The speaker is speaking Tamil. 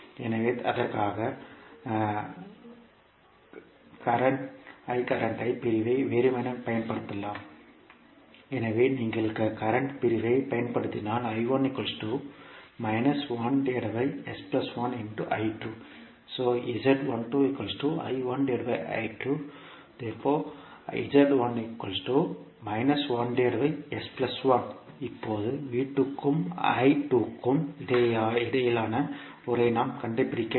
எனவே அதற்காக I கரண்ட் பிரிவை வெறுமனே பயன்படுத்தலாம் எனவே நீங்கள் கரண்ட் பிரிவைப் பயன்படுத்தினால் இப்போது V2 க்கும் I2 க்கும் இடையிலான உறவை நாம் கண்டுபிடிக்க வேண்டும்